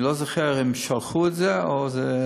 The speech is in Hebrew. אני לא זוכר אם שלחו את זה או שזה,